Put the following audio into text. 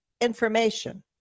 information